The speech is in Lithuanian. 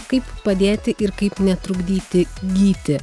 kaip padėti ir kaip netrukdyti gyti